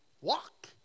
walk